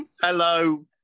hello